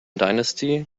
dynasty